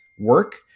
work